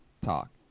talk